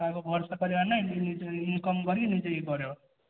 ତାକୁ ଭଲ ସେ କରିବାର ନାଇଁ ଇନକମ କରିକି ନିଜେ ଇଏ କରେଇବ